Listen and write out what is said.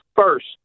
first